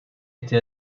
été